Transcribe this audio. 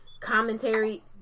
commentary